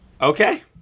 Okay